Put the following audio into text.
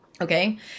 Okay